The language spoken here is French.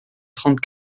trente